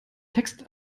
text